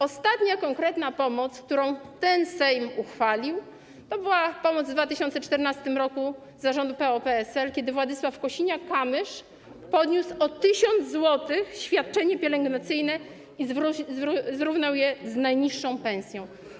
Ostatnia konkretna pomoc, którą ten Sejm uchwalił, to była pomoc w 2014 r. za rządu PO-PSL, kiedy Władysław Kosiniak-Kamysz podniósł o 1 tys. zł wysokość świadczenia pielęgnacyjnego i zrównał je z najniższą pensją.